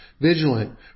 vigilant